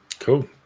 Cool